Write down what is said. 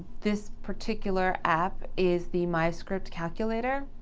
this particular app is the myscript calculator.